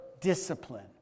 discipline